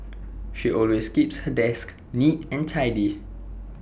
she always keeps her desk neat and tidy